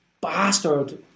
bastard